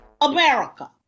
America